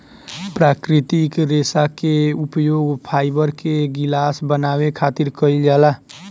प्राकृतिक रेशा के उपयोग फाइबर के गिलास बनावे खातिर कईल जाला